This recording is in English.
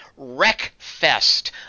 Wreckfest